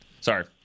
Sorry